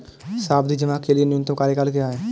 सावधि जमा के लिए न्यूनतम कार्यकाल क्या है?